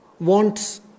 wants